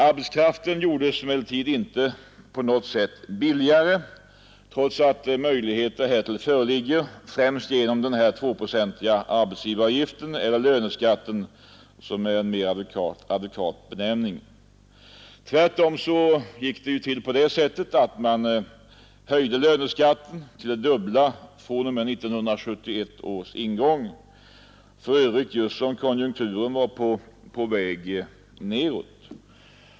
Arbetskraften gjordes emellertid inte på något sätt billigare, trots att möjligheter härtill föreligger, främst genom den tvåprocentiga arbetsgivaravgiften, eller löneskatten, som är en mera adekvat benämning. Tvärtom höjdes löneskatten till det dubbla fr.o.m. 1971 års ingång — för övrigt just som konjunkturen var på väg nedåt.